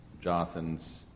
Jonathan's